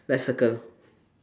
let's circle